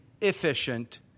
efficient